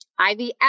IVF